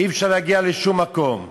אי-אפשר להגיע לשום מקום.